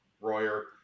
Royer